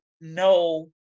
no